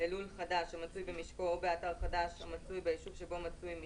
ללול חדש המצוי במשקו או באתר חדש המצוי בישוב שבו מצוי משקו,